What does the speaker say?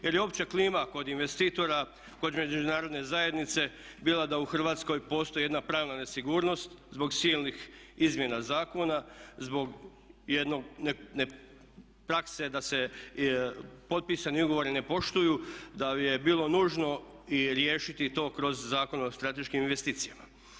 Jer je opća klima kod investitora, kod Međunarodne zajednice bila da u Hrvatskoj postoji jedna pravna nesigurnost zbog silnih izmjena zakona, zbog jedne prakse da se potpisani ugovori ne poštuju, da je bilo nužno i riješiti to kroz Zakon o strateškim investicijama.